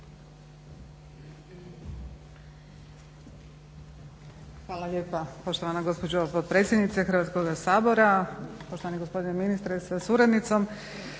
Hvala lijepa poštovana gospođo potpredsjednice Hrvatskoga sabora. Poštovani gospodine ministre sa suradnicom.